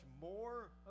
more